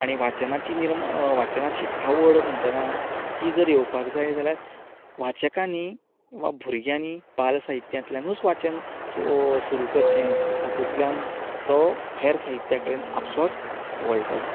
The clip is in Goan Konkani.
आनी वाचनाची निर्मण वाचनाची आवड म्हणटना ती जर येवपाक जाय जाल्यार वाचकांनी वा भुरग्यांनी बाल साहित्यांतल्यानूच वाचन सुरू करचें तातूंतल्यान तो हेर साहित्य कडेन आपसोच वळटलो